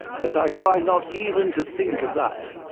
but i try not even to think of that,